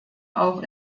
auch